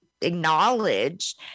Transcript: acknowledge